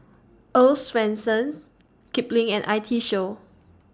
Earl's Swensens Kipling and I T Show